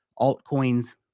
Altcoins